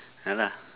ya lah